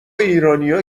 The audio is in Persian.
ایرانیا